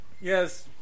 yes